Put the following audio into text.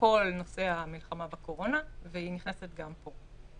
לכל נושא המלחמה בקורונה, והיא נכנסת גם פה.